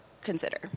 consider